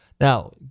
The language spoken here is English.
Now